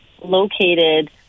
located